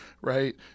right